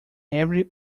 every